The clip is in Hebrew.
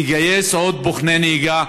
תגייס עוד בוחני נהיגה.